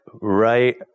Right